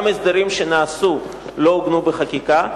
גם הסדרים שנעשו לא עוגנו בחקיקה,